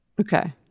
Okay